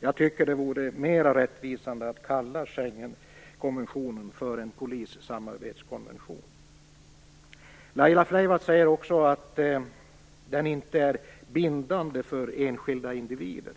Jag tycker att det vore mer rättvisande att kalla Laila Freivalds säger också att den inte är bindande för enskilda individer.